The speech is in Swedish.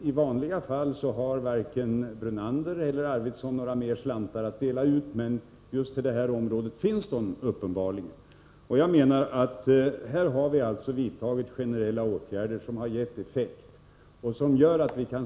I vanliga fall har varken Brunander eller Arvidson några fler slantar att dela ut, men till just detta område finns de uppenbarligen. Jag menar att vi här har vidtagit generella åtgärder som har gett effekt. Vi kant.o.m.